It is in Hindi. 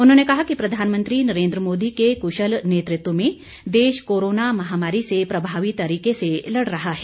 उन्होंने कहा कि प्रधानमंत्री नरेन्द्र मोदी के कुशल नेतृत्व में देश कोरोना महामारी से प्रभावी तरीके से लड़ रहा है